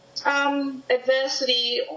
Adversity